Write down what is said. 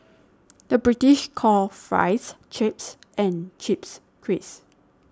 the British calls Fries Chips and Chips Crisps